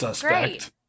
Great